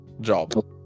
job